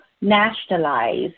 nationalize